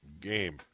game